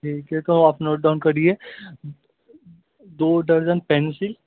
ٹھیک ہے تو اب آپ نوٹ ڈاؤن کریے دو ڈزن پنسل